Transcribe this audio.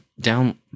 down